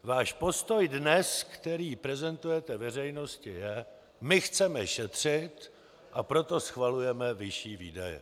Váš postoj dnes, který prezentujete veřejnosti, je: My chceme šetřit, a proto schvalujeme vyšší výdaje.